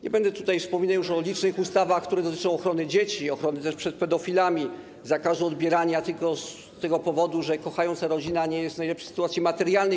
Nie będę tutaj wspominał już o licznych ustawach, które dotyczą ochrony dzieci, ochrony też przed pedofilami, zakazu odbierania dzieci tylko z tego powodu, że kochająca rodzina nie jest w najlepszej sytuacji materialnej.